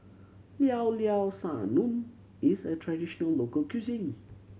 Llao Llao Sanum is a traditional local cuisine